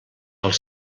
els